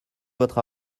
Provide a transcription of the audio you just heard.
votre